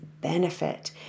benefit